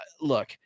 Look